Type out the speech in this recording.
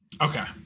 Okay